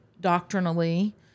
doctrinally